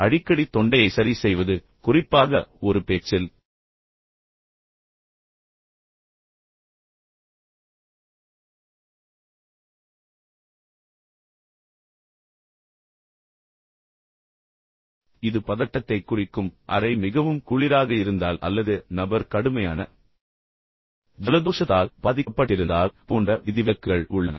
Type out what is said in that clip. அடிக்கடி தொண்டையை சரி செய்வது குறிப்பாக ஒரு பேச்சில் மீண்டும் இது பதட்டத்தைக் குறிக்கும் ஆனால் அறை மிகவும் குளிராக இருந்தால் அல்லது நபர் உண்மையில் கடுமையான ஜலதோஷத்தால் பாதிக்கப்பட்டிருந்தால் அந்த நபர் அதைச் செய்யலாம் போன்ற விதிவிலக்குகள் உள்ளன